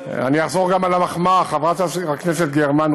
אני אחזור גם על המחמאה: חברת הכנסת גרמן,